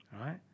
right